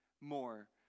more